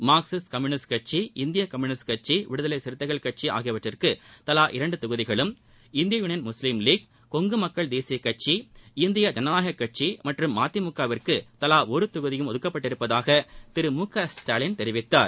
Marxist communist கட்சி இந்திய communist கட்சி விடுதலை சிறுத்தைகள் கட்சி ஆகியவற்றுக்கு தலா இரண்டு தொகுதிகளும் இந்திய யூனியன் முஸ்லீம் லீக் கொங்கு மக்கள் தேசிய கட்சி இந்திய ஜனநாயக கட்சி மற்றும் ம திமுக விற்கு தவா ஒரு தொகுதியும்ஒதுக்கப்பட்டிருப்பதாக திரு முகஸ்டாலின் தெரிவித்தார்